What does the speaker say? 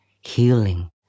healing